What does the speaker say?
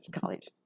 college